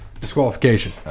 Disqualification